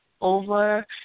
over